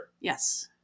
Yes